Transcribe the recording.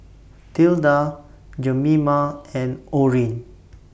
Tilda Jemima and Orrin